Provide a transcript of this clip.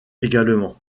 également